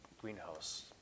greenhouse